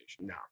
No